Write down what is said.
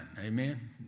Amen